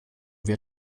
wir